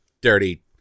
dirty